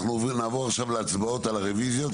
אנו נעבור להצבעות על הרוויזיות.